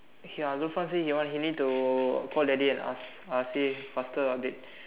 ya Zulfan say he want he need to call daddy and ask uh say faster update